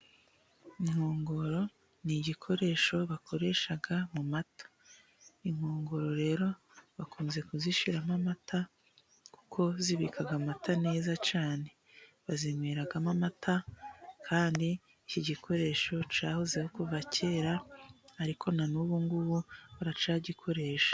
Inkongoro ni igikoresho bakoresha mu mata. Inkongoro rero， bakunze kuzishyiramo amata， kuko zibika amata neza cyane， bazinyweramo amata， kandi iki gikoresho cyahozeho kuva kera， ariko na n'ubu ngubu baracyagikoresha.